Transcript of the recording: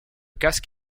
casque